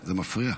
זה מפריע.